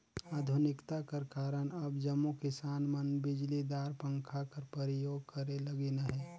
आधुनिकता कर कारन अब जम्मो किसान मन बिजलीदार पंखा कर परियोग करे लगिन अहे